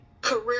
career